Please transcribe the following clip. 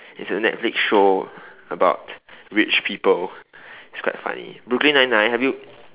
it's a Netflix show about rich people it's quite funny brooklyn nine nine have you